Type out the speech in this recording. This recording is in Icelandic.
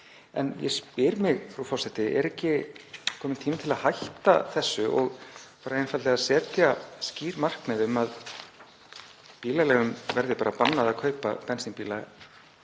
en ég spyr mig, frú forseti: Er ekki kominn tími til að hætta þessu og fara einfaldlega að setja skýr markmið um að bílaleigum verði bannað að kaupa bensínbíla,